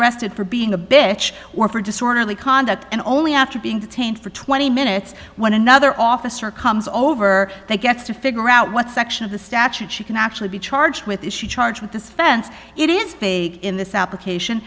arrested for being a bitch or for disorderly conduct and only after being detained for twenty minutes when another officer comes over they gets to figure out what section of the statute she can actually be charged with is she charged with this fence it is vague in this application